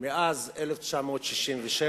מאז 1967,